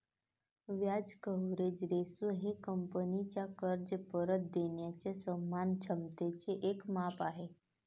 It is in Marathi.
व्याज कव्हरेज रेशो हे कंपनीचा कर्ज परत देणाऱ्या सन्मान क्षमतेचे एक माप आहे